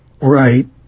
right